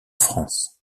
france